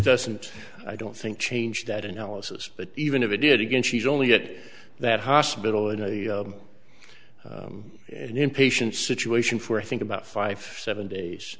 doesn't i don't think change that analysis but even if it did again she's only get that hospital and an inpatient situation for i think about five seven days